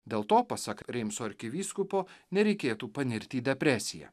dėl to pasak reimso arkivyskupo nereikėtų panirti į depresiją